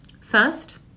First